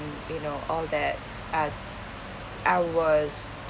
and you know all that I I was